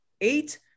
eight